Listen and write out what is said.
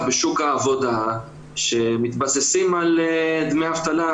בשוק העבודה שמתבססים על דמי אבטלה,